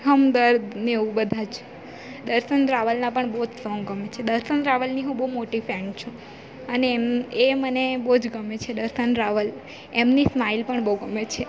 હમદર્દ ને એવું બધાં જ દર્શન રાવલના પણ બહુ જ સોંગ ગમે છે દર્શન રાવલની હું બઉ મોટી ફેન છું અને એમ એ મને બહુ જ ગમે છે દર્શન રાવલ એમની સ્માઈલ પણ બહુ ગમે છે